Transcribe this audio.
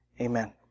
amen